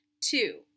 Two